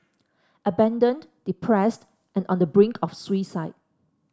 abandoned depressed and on the brink of suicide